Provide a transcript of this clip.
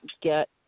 get